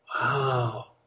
wow